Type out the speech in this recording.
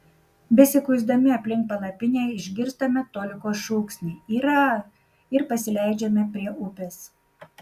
besikuisdami aplink palapinę išgirstame toliko šūksnį yra ir pasileidžiame prie upės